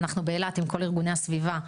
אנחנו באילת עם כל ארגוני הסביבה,